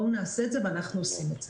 בואו נעשה את זה ואנחנו עושים את זה.